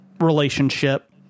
relationship